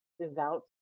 devout